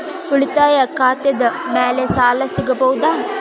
ಉಳಿತಾಯ ಖಾತೆದ ಮ್ಯಾಲೆ ಸಾಲ ಸಿಗಬಹುದಾ?